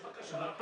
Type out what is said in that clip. תודה רבה.